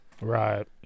Right